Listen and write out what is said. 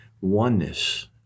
oneness